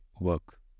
work